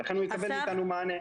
ולכן הוא יקבל מאתנו מענה.